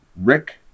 Rick